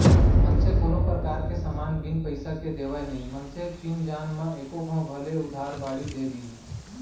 मनसे कोनो परकार के समान बिन पइसा के देवय नई मनसे चिन जान म एको घौं भले उधार बाड़ी दे दिही